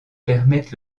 permettent